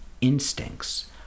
instincts